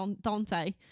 Dante